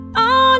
on